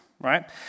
right